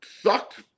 sucked